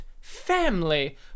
family